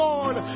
Lord